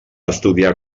estudiar